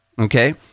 okay